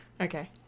Okay